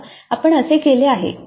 समजा आपण असे केले आहे